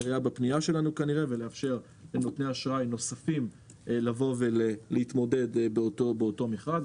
ולאפשר לנותני אשראי נוספים להתמודד באותו מכרז.